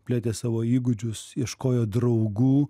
plėtė savo įgūdžius ieškojo draugų